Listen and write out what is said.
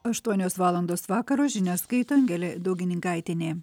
aštuonios valandos vakaro žinias skaito angelė daugininkaitienė